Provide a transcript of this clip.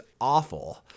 awful